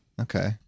Okay